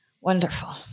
Wonderful